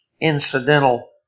incidental